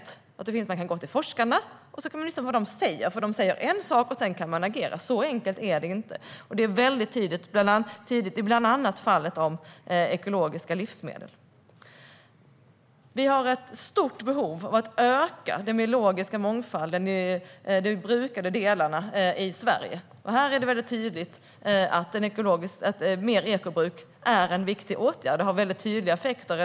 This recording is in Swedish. Det är inte så enkelt att man kan gå till forskarna och lyssna på vad de säger - de säger en sak, och sedan kan man agera. Detta är väldigt tydligt i bland annat fallet med ekologiska livsmedel. Vi har ett stort behov av att öka den biologiska mångfalden i de brukade delarna i Sverige. Här är det tydligt att mer ekobruk är en viktig åtgärd som har tydliga effekter.